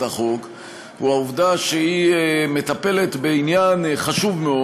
החוק הוא העובדה שהיא מטפלת בעניין חשוב מאוד,